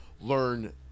learn